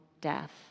death